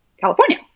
California